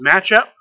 matchup